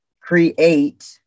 create